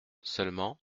seulement